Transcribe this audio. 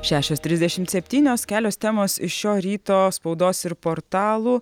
šešios trisdešimt septynios kelios temos iš šio ryto spaudos ir portalų